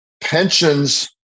pensions